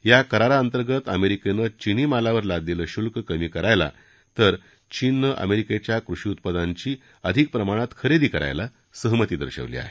या कराराअंतर्गत अमेरिकेनं चीनी मालावर लादलेलं शुल्क कमी करायला तर चीननं अमेरिकेच्या कृषी उत्पादनांची अधिक प्रमाणात खरेदी करायला सहमती दर्शवली आहे